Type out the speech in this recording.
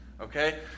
okay